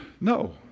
No